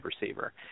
receiver